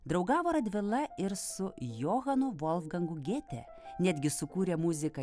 draugavo radvila ir su johanu volfgangu gėte netgi sukūrė muziką